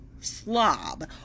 slob